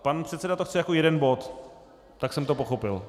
Pan předseda to chce jako jeden bod, tak jsem to pochopil.